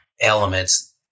elements